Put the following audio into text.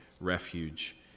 refuge